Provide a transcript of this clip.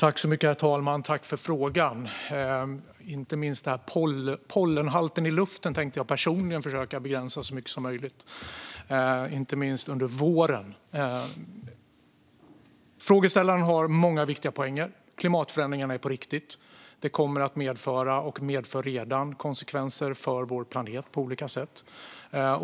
Herr talman! Jag tackar för frågan. Pollenhalten i luften tänker jag personligen försöka begränsa så mycket som möjligt, inte minst under våren. Frågeställaren har många viktiga poänger. Klimatförändringarna är på riktigt. De kommer att medföra och medför redan konsekvenser för vår planet på olika sätt.